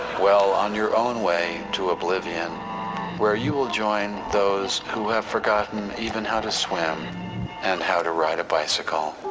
well on your own way to oblivion where you will join those who have forgotten even how to swim and how to ride a bicycle.